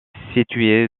située